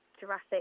jurassic